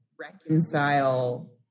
reconcile